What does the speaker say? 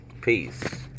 Peace